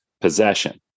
possession